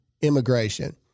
immigration